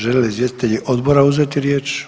Žele li izvjestitelji odbora uzeti riječ?